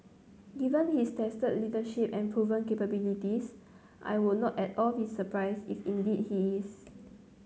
given his tested leadership and proven capabilities I would not at all be surprised if indeed he is